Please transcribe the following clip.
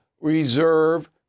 reserve